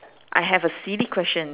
I have a silly question